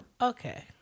okay